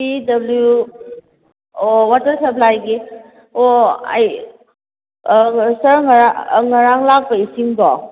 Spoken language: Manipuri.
ꯄꯤ ꯗꯕ꯭ꯂꯤꯎ ꯑꯣ ꯋꯥꯇꯔ ꯁꯄ꯭ꯂꯥꯏꯒꯤ ꯑꯣ ꯑꯩ ꯁꯥꯔ ꯉꯔꯥꯡ ꯉꯔꯥꯡ ꯂꯥꯛꯄ ꯏꯁꯤꯡꯗꯣ